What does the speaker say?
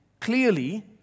clearly